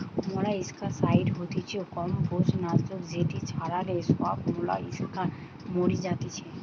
molluscicide হতিছে কম্বোজ নাশক যেটি ছড়ালে সব মোলাস্কা মরি যাতিছে